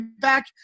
back